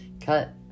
Cut